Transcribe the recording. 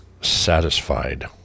satisfied